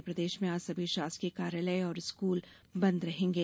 मध्यप्रदेश में आज सभी शासकीय कार्यालय और स्कूल बंद रहेंगे